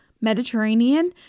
Mediterranean